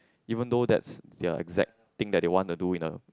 even though that's the exact thing they want to do in a